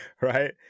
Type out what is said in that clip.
Right